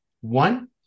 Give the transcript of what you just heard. One